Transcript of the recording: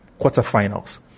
quarterfinals